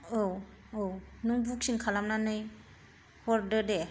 औ औ नों बुकिं खालामनानै हरदो दे